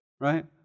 right